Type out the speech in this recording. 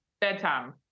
bedtime